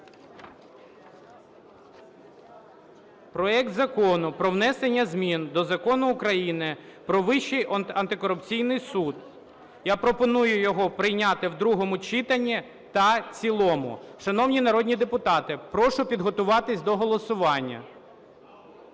проект Закону про внесення змін до Закону України "Про Вищий антикорупційний суд". Я пропоную його прийняти в другому читанні та в цілому. Шановні народні депутати, прошу підготуватись до голосування.